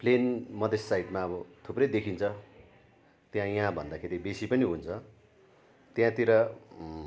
plain Madhesh साइडमा अब थुप्रै देखिन्छ त्यहाँ यहाँ भन्दाखेरि बेसी पनि हुन्छ त्यहाँतिर